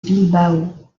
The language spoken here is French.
bilbao